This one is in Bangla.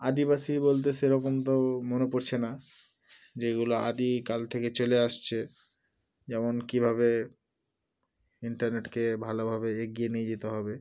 আদিবাসী বলতে সেরকম তো মনে পড়ছে না যে এগুলো আদিকাল থেকে চলে আসছে যেমন কীভাবে ইন্টারনেটকে ভালোভাবে এগিয়ে নিয়ে যেতে হবে